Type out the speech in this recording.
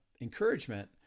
encouragement